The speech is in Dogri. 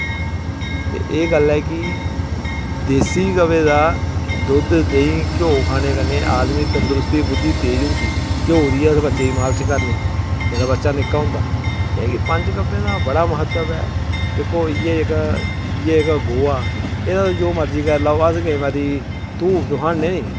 ते एह् गल्ल ऐ कि देसी गवै दा दुद्ध देंहीं घिओ खाने कन्नै आदमी दी तंदरुस्ती बुद्धि तेज रौहंदी घिओ दी गै अस बच्चे गी मालिश करने जेल्लै बच्चा निक्का होंदा ते एह् पंज गवें दा बड़ा महत्व ऐ दिक्खो इयै जेह्का इयै जेह्का गोहा एह् तुस जो मर्जी करी लेओ अस कोई मती धूफ धखानै